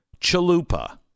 Chalupa